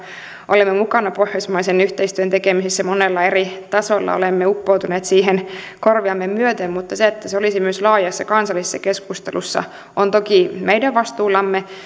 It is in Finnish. olemme mukana pohjoismaisen yhteistyön tekemisessä monilla eri tasoilla olemme uppoutuneet siihen korviamme myöten mutta se että se olisi myös laajassa kansallisessa keskustelussa on toki meidän vastuullamme